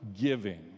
giving